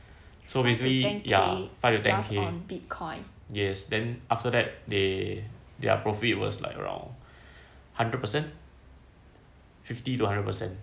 so basically ya five to then K then yes after that they their profit was around hundred percent fifty to hundred percent